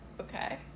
Okay